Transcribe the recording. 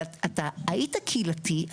אלא אתה היית קהילתי,